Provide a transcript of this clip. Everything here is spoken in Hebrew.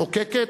מחוקקת,